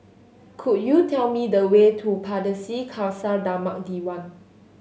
could you tell me the way to Pardesi Khalsa Dharmak Diwan